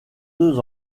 deux